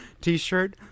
t-shirt